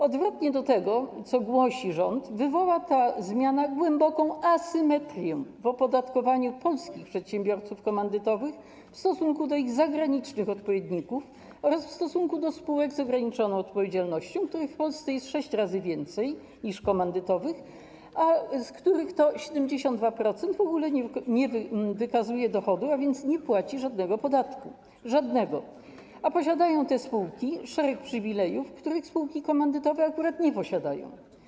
Odwrotnie do tego, co głosi rząd, ta zmiana wywoła głęboką asymetrię w opodatkowaniu polskich przedsiębiorców komandytowych w stosunku do ich zagranicznych odpowiedników oraz w stosunku do spółek z ograniczoną odpowiedzialnością, których w Polsce jest sześć razy więcej niż komandytowych, z których to 72% w ogóle nie wykazuje dochodu, a więc nie płaci żadnego podatku, żadnego, a posiadają te spółki szereg przywilejów, których spółki komandytowe akurat nie posiadają.